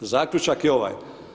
Zaključak je ovaj.